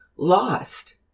lost